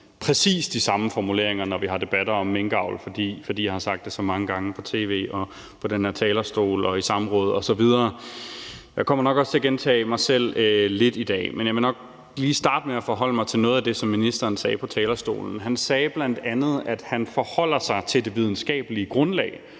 præcis de samme formuleringer, når vi har debatter om minkavl, fordi jeg har sagt det så mange gange på tv, på den her talerstol og i samråd osv. Jeg kommer nok også til at gentage mig selv lidt i dag. Men jeg vil nok lige starte med at forholde mig til noget af det, ministeren sagde på talerstolen. Han sagde bl.a., at han forholder sig til det videnskabelige grundlag,